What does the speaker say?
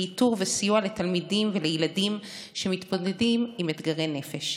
באיתור וסיוע לתלמידים ולילדים שמתמודדים עם אתגרי נפש.